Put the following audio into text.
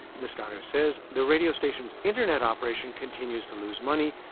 nestares says, the radio station's internet operation continues to lose money,